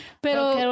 Pero